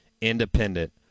Independent